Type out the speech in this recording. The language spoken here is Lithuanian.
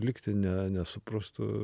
likti ne nesuprastu